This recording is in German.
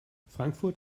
frankfurt